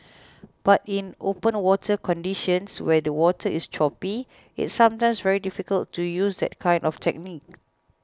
but in open water conditions where the water is choppy it's sometimes very difficult to use that kind of technique